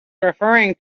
referring